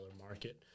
market